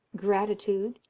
gratitude,